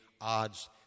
odds